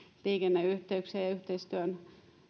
liikenneyhteyksiä yhteistyön